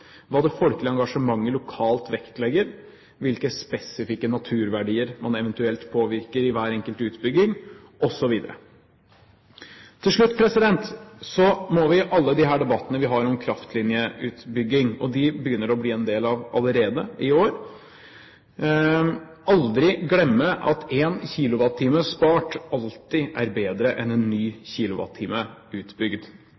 det folkelige engasjementet lokalt vektlegger, hvilke spesifikke naturverdier man eventuelt påvirker i hver enkelt utbygging, osv. Til slutt: Vi må i alle disse debattene vi har om kraftlinjeutbygging – og dem begynner det å bli en del av allerede i år – aldri glemme at en kilowattime spart alltid er bedre enn en